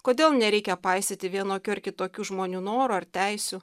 kodėl nereikia paisyti vienokių ar kitokių žmonių norų ar teisių